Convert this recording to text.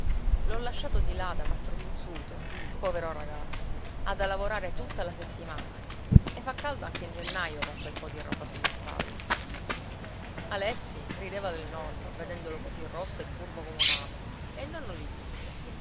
l'ho lasciato di là da mastro pizzuto povero ragazzo ha da lavorare tutta la settimana e fa caldo anche in gennaio con quel po di roba sulle spalle alessi rideva del nonno vedendolo così rosso e curvo come un amo e il nonno gli disse